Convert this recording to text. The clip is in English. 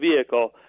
vehicle